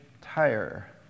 tire